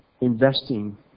investing